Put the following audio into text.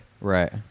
right